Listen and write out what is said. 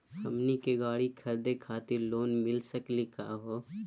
हमनी के गाड़ी खरीदै खातिर लोन मिली सकली का हो?